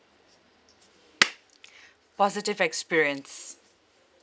positive experience